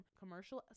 commercial